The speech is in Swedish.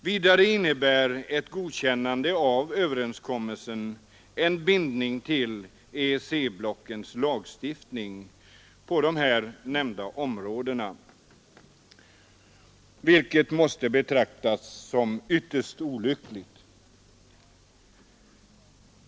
Vidare innebär ett godkännande av överenskommelsen en bindning till EEC-blockets lagstiftning på de här nämnda områdena, vilket måste betraktas som ytterst olyckligt.